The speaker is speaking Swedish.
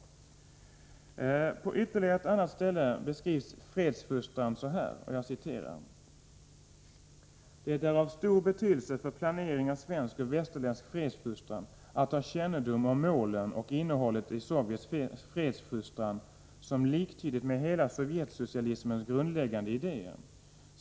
På ett annat ställe beskrivs fredsfostran så här: ”Det är av stor betydelse för planering av svensk och västerländsk fredsfostran att ha kännedom om målen och innehållet i Sovjets fredsfostran som liktydigt med hela Sovjetsocialismens grundläggande idéer.